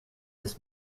his